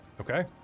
Okay